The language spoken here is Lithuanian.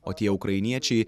o tie ukrainiečiai